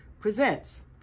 Presents